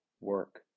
work